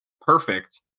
perfect